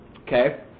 Okay